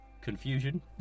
confusion